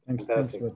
Thanks